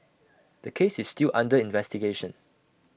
the case is still under investigation